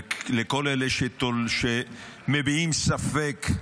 ולכל אלה שמביעים ספק,